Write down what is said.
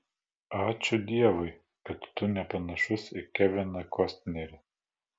ačiū dievui kad tu nepanašus į keviną kostnerį